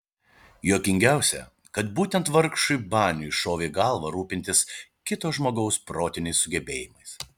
juokingiausia kad būtent vargšui baniui šovė į galvą rūpintis kito žmogaus protiniais sugebėjimais